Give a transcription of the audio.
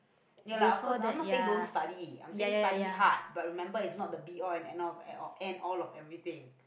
ya lah of course I'm not saying don't study I'm saying study hard but remember it's not the be all and end of~ end all of everything